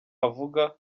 avuga